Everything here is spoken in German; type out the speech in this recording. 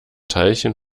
teilchen